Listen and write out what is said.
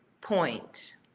point